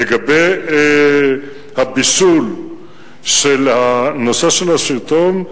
לגבי הבישול של נושא הסרטון,